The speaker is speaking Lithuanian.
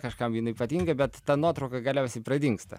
kažkam jinai ypatinga bet ta nuotrauka galiausiai pradingsta